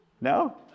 No